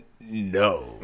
No